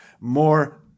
more